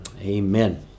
Amen